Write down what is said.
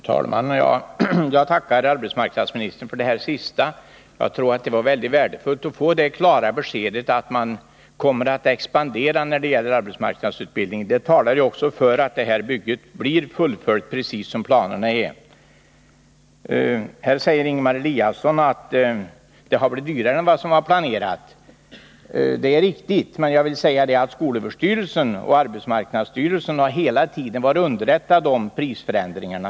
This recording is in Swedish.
Herr talman! Jag tackar arbetsmarknadsministern för detta besked. Jag tror att det är mycket värdefullt att vi fått det klara beskedet att arbetsmarknadsutbildningen kommer att expandera i Värmland. Det talar ju också för att det nu aktuella bygget fullföljs helt enligt planerna. Ingemar Eliasson sade att verksamheten har blivit dyrare än planerat. Det är riktigt, men skolöverstyrelsen och arbetsmarknadsstyrelsen har hela tiden varit underrättade om prisförändringarna.